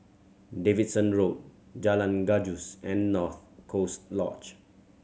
Davidson Road Jalan Gajus and North Coast Lodge